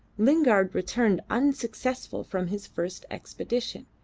lingard returned unsuccessful from his first expedition,